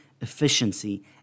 efficiency